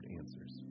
answers